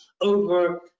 over